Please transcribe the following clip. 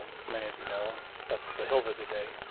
as many of you, know that's the hill visit day.